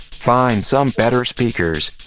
find some better speakers.